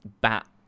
bat